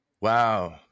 Wow